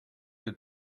que